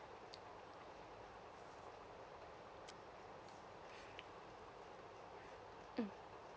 mm